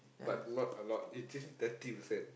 but not a lot it teach me thirty percent